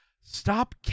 stop